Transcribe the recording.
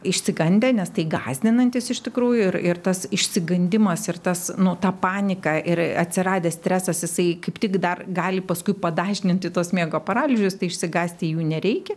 išsigandę nes tai gąsdinantis iš tikrųjų ir ir tas išsigandimas ir tas nu ta panika ir atsiradęs stresas jisai kaip tik dar gali paskui padažninti tuos miego paralyžius tai išsigąsti jų nereikia